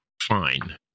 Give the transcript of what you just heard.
fine